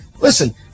listen